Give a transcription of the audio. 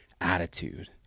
attitude